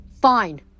Fine